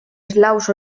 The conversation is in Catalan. eslaus